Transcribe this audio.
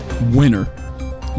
winner